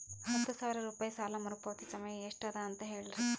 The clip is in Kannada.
ಹತ್ತು ಸಾವಿರ ರೂಪಾಯಿ ಸಾಲ ಮರುಪಾವತಿ ಸಮಯ ಎಷ್ಟ ಅದ ಅಂತ ಹೇಳರಿ?